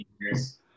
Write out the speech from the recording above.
years